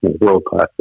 world-class